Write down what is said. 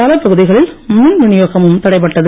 பல பகுதிகளில் மின் வினியோகமும் தடைபட்டது